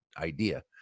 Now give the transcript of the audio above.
idea